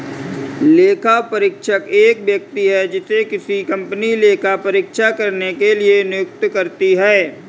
लेखापरीक्षक एक व्यक्ति है जिसे किसी कंपनी लेखा परीक्षा करने के लिए नियुक्त करती है